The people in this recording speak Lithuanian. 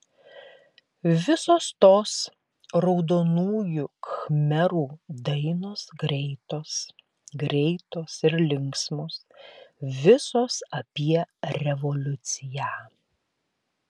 visos tos raudonųjų khmerų dainos greitos greitos ir linksmos visos apie revoliuciją